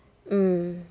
mm